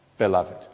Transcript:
Beloved